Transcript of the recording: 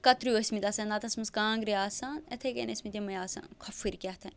کَتریوٗ ٲسمٕتۍ آسان نَتہٕ ٲسمٕژ کانٛگرِ آسان یِتھَے کٔنۍ ٲسمٕتۍ یِمے آسان کھۄپھرۍ کیٛاہتانۍ